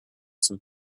some